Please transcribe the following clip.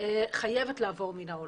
חייבת לעבור מן העולם.